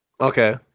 Okay